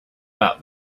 about